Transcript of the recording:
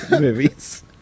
movies